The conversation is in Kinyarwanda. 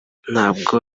ntabwo